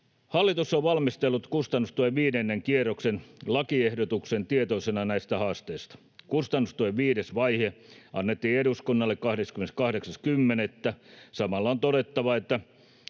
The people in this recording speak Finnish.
Hallitus on valmistellut kustannustuen viidennen kierroksen lakiehdotuksen tietoisena näistä haasteista. Kustannustuen viides vaihe annettiin eduskunnalle 28.10. Samalla on todettava, että